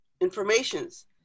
informations